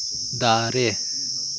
ᱫᱟᱨᱮ